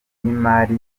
y’imari